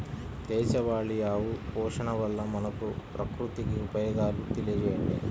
దేశవాళీ ఆవు పోషణ వల్ల మనకు, ప్రకృతికి ఉపయోగాలు తెలియచేయండి?